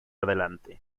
adelante